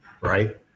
right